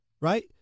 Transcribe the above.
right